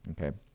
okay